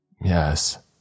Yes